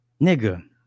Nigga